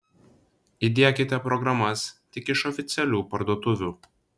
įdiekite programas tik iš oficialių parduotuvių